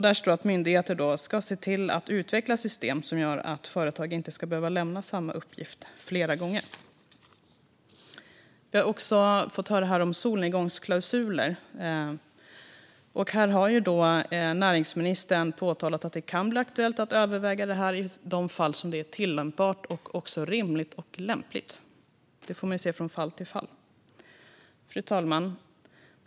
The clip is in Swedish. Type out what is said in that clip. Där står att myndigheter ska se till att utveckla system som gör att företag inte ska behöva lämna samma uppgifter flera gånger. Vi har också fått höra om solnedgångsklausuler. Näringsministern har pekat på att det kan bli aktuellt att överväga detta i de fall det är tillämpbart, rimligt och lämpligt. Det får man avgöra från fall till fall. Fru talman!